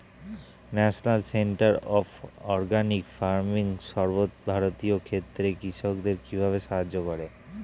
National centre of organic farming সর্বভারতীয় ক্ষেত্রে কৃষকদের কিভাবে সাহায্য করে?